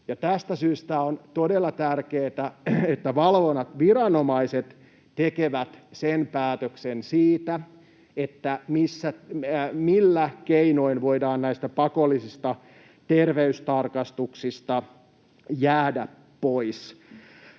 Tästä syystä on todella tärkeätä, että valvovat viranomaiset tekevät päätöksen siitä, millä keinoin voidaan näistä pakollisista terveystarkastuksista jäädä pois.